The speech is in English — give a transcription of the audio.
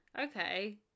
Okay